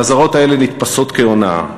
האזהרות האלה נתפסות כהונאה.